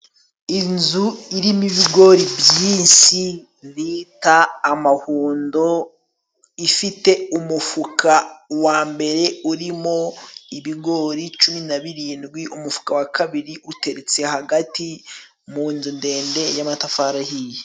Inzu irimo ibigori byinshi bita amahundo, ifite umufuka ,uwa mbere urimo ibigori cumi na birindwi, umufuka wa kabiri uteretse hagati mu nzu ndende y'amatafari ahiye.